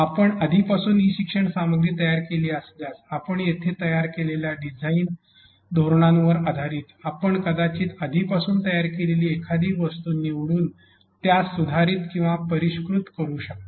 आपण आधीपासूनच ई शिक्षण सामग्री तयार केली असल्यास आपण येथे तयार केलेल्या डिझाइन धोरणांवर आधारित आपण कदाचित आधीपासून तयार केलेली एखादी वस्तू निवडून त्यास सुधारित किंवा परिष्कृत करू शकता